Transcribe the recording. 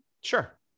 Sure